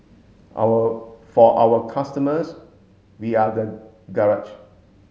our for our customers we are the garage